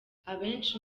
abenshi